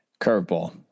Curveball